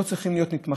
לא צריכים להיות נתמכים.